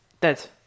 Dead